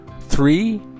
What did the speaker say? three